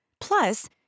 Plus